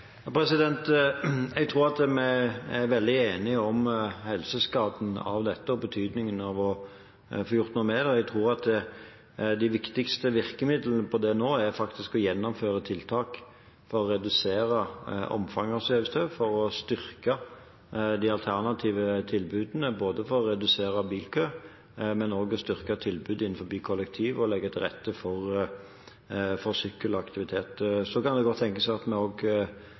Jeg tror at vi er veldig enige om helseskadene av dette og betydningen av å få gjort noe med det. Jeg tror at de viktigste virkemidlene for det faktisk er å gjennomføre tiltak for å redusere omfanget av svevestøv og for å styrke de alternative tilbudene, både å redusere bilkø og også å styrke tilbudet innenfor kollektivtrafikk og legge til rette for sykkelaktivitet. Så kan det godt tenkes at vi